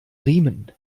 riemen